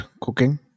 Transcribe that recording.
cooking